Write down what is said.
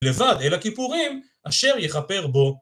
לבד אל הכיפורים, אשר יכפר בו.